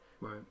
Right